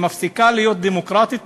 היא מפסיקה להיות דמוקרטית,